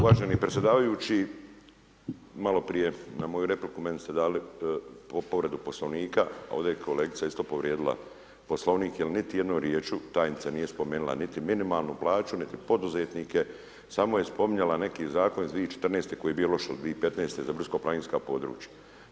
Uvaženi predsjedavajući, maloprije, na moju repliku, meni ste dali povredu Poslovnika, ovdje je kolegica isto povrijedila Poslovnik jel niti jednom rječju tajnica nije spomenula niti minimalnu plaću, niti poduzetnike, samo je spominjala neki Zakon iz 2014.-te koji je bio loš od 2015.-te za brdsko planinska područja.